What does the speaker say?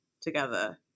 together